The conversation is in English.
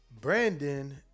Brandon